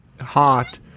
hot